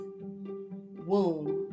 womb